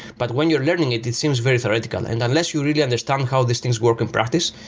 but when you're learning it, it seems very theoretical. and unless you really understand how this things work in practice,